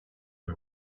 are